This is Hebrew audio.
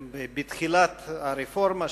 בתחילת הרפורמה,